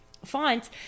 Fonts